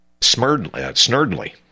Snurdly